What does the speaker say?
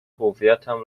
هویتم